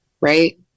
right